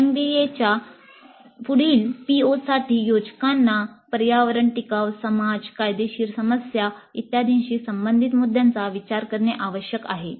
एनबीएच्या पुढील पीओसाठी योजकांना पर्यावरण टिकाव समाज कायदेशीर समस्या इत्यादींशी संबंधित मुद्द्यांचा विचार करणे आवश्यक आहे